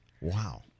Wow